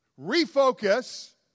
refocus